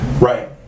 Right